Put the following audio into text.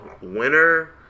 winner